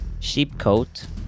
Sheepcoat